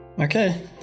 Okay